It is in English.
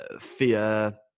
fear